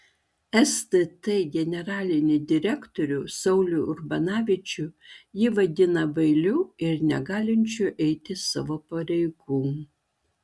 stt generalinį direktorių saulių urbanavičių ji vadina bailiu ir negalinčiu eiti savo pareigų